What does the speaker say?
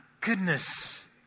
goodness